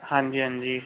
ਹਾਂਜੀ ਹਾਂਜੀ